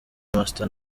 master